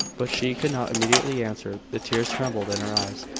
but she could not immediately answer. the tears trembled in her eyes,